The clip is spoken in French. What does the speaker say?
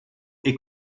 est